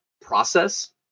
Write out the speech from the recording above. process